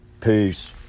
peace